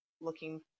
looking